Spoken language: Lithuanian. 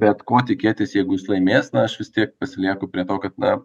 bet ko tikėtis jeigu jis laimės na aš vis tiek pasilieku prie to kad na